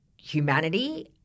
humanity